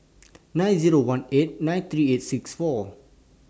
nine Zero one eight nine three eight six four